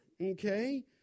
okay